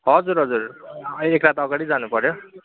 हजुर हजुर एक रात अगाडि जानु पऱ्यो